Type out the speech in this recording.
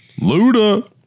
Luda